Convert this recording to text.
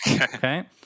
okay